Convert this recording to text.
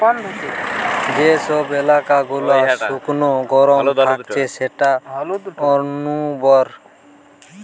যে সব এলাকা গুলা শুকনো গরম থাকছে সেটা অনুর্বর